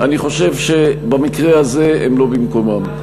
אני חושב שבמקרה הזה הם לא במקומם.